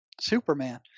Superman